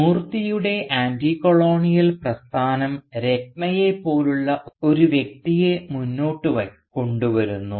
മൂർത്തിയുടെ ആൻറ്റികോളോണിയൽ പ്രസ്ഥാനം രത്നയെപ്പോലുള്ള ഒരു വ്യക്തിയെ മുന്നോട്ട് കൊണ്ടുവരുന്നു